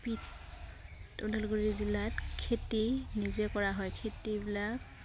P Udalguri জিলাত খেতি নিজে কৰা হয় খেতিবিলাক